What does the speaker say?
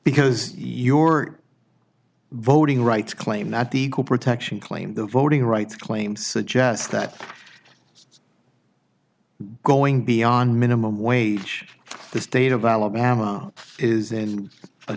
because your voting rights claim that the protection claim the voting rights claim suggests that going beyond minimum wage the state of alabama is in a